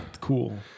cool